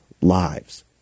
lives